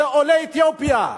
זה עולי אתיופיה.